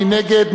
מי נגד?